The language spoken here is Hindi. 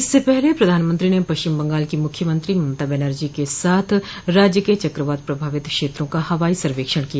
इससे पहले प्रधानमंत्री ने पश्चिम बंगाल की मुख्यमंत्री ममता बैनर्जी के साथ राज्य के चक्रवात प्रभावित क्षेत्रों का हवाई सर्वेक्षण किया